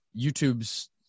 YouTube's